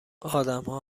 ادمها